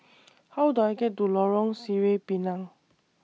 How Do I get to Lorong Sireh Pinang